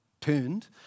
turned